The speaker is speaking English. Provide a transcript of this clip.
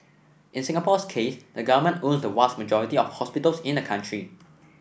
in Singapore's case the government owns the vast majority of hospitals in the country